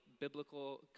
biblical